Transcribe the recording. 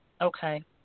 Okay